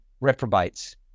reprobates